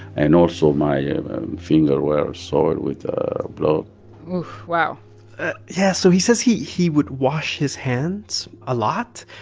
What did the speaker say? and also my yeah finger where i saw it with the blood oof, wow yeah. so he says he he would wash his hands a lot,